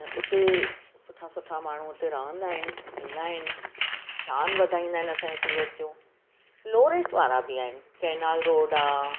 उते सुठा सुठा माण्हू उते रहंदा आहिनि कंदा आहिनि शानु वधाईंदा आहिनि असां जी सूरत जो लोवेस्ट वारा बि आहिनि कैनाल रोड आहे